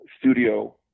studio